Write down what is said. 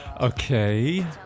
Okay